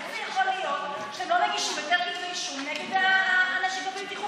איך זה יכול להיות שלא מגישים כתבי אישום נגד הנשק הבלתי-חוקי?